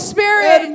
Spirit